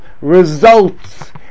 results